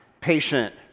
patient